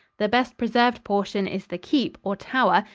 the best-preserved portion is the keep, or tower,